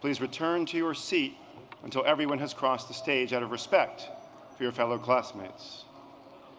please return to your seat until everyone has crossed the stage, out of respect for your fellow classmates.